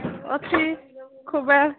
ଅଛି ଖୁବାର